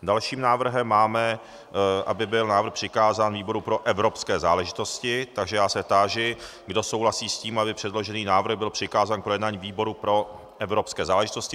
Další návrh je, aby byl návrh přikázán výboru pro evropské záležitosti, takže já se táži, kdo souhlasí s tím, aby předložený návrh byl přikázán k projednání výboru pro evropské záležitosti.